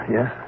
Yes